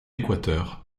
équateur